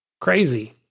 crazy